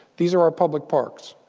these are are public parks.